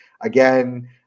again